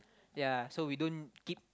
ya so we don't keep